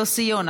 יוסי יונה,